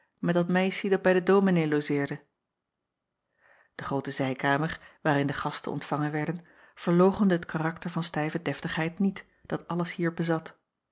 met dat meissie dat bij den omenee lozeerde e groote zijkamer waarin de gasten ontvangen werden verloochende het karakter van stijve deftigheid niet dat alles hier bezat